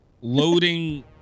Loading